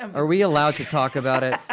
um are we allowed to talk about it?